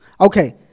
Okay